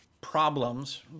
problems